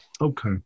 Okay